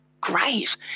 great